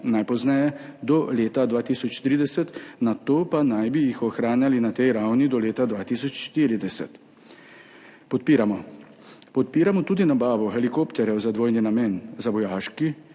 najpozneje do leta 2030, nato pa naj bi jih ohranjali na tej ravni do leta 2040. Podpiramo. Podpiramo tudi nabavo helikopterjev za dvojni namen, za vojaški